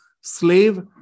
slave